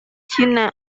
cina